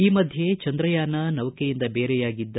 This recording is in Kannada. ಈ ಮಧ್ಯೆ ಚಂದ್ರಯಾನ ನೌಕೆಯಿಂದ ಬೇರೆಯಾಗಿದ್ದ